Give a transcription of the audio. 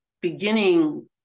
beginning